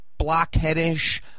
blockheadish